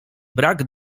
brak